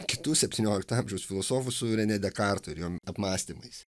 kitu septyniolikto amžiaus filosofu su renė dekartu ir jo apmąstymais